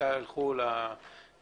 אתם ילכו לסופרמרקט,